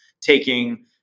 taking